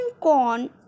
corn